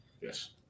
Yes